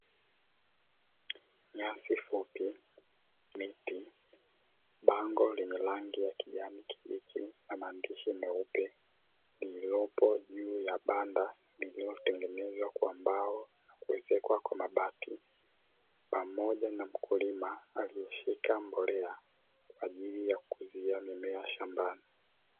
Nyasi fupi, miti, bango lenye rangi ya kijani kibichi na maandishi meupe, liliyopo juu ya banda iliyotengenezwa kwa mbao na kuezekwa kwa mabati pamoja na mkulima aliyeshika mbolea kwa ajili ya kuuzia mimea shambani.